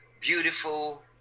beautiful